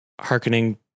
hearkening